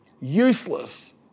useless